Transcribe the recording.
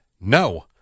No